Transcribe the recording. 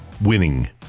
winning